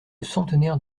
centenaire